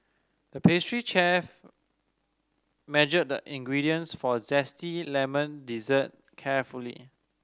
the pastry chef measured the ingredients for a zesty lemon dessert carefully